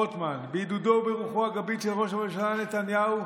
בעידודו וברוחו הגבית של ראש הממשלה נתניהו,